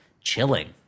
Chilling